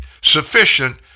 sufficient